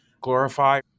Glorify